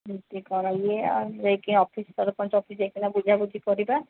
କେମିତି କ'ଣ ଇଏ ଆଉ ଯାଇକି ଅଫିସ୍ ସରପଞ୍ଚ ଅଫିସ୍ ଯାଇକି ବୁଝାବୁଝି କରିବା